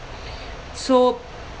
so